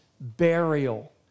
burial